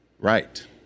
Right